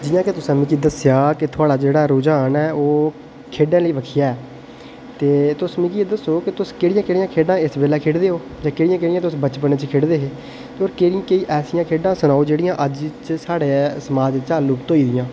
जि'यां की तुसें मिगी दस्सेआ कि थुहाड़ा जेह्ड़ा रुझान ऐ ओह् खेढां आह्ली बक्खियै ऐ ते तुस मिगी एह् दस्सो कि तुस केह्ड़ियां केह्ड़ियां खेढ़ां इस बेल्लै खेढ़दे ओ ते केह्ड़ियां केह्ड़ियां तुस बचपन च खेढ़दे हे ते केह्ड़ियां केह्ड़ियां ऐसियां खेढ़ां सनाओ जेह्ड़ियां अज्ज च साढ़े समाज चा लुप्त होई दियां